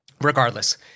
regardless